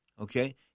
okay